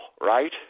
right